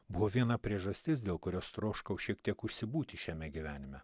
buvo viena priežastis dėl kurios troškau šiek tiek užsibūti šiame gyvenime